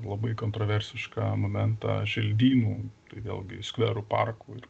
labai kontroversišką momentą želdynų tai vėlgi skverų parkų ir